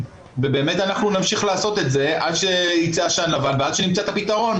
ובאמת נמשיך לעשות את זה עד שייצא עשן לבן ועד שנמצא את הפתרון.